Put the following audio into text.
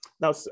Now